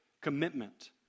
commitment